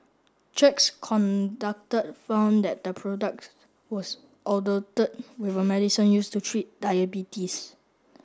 checks conducted found that the products was with a medicine used to treat diabetes